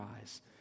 eyes